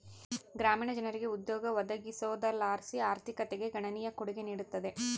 ಗ್ರಾಮೀಣ ಜನರಿಗೆ ಉದ್ಯೋಗ ಒದಗಿಸೋದರ್ಲಾಸಿ ಆರ್ಥಿಕತೆಗೆ ಗಣನೀಯ ಕೊಡುಗೆ ನೀಡುತ್ತದೆ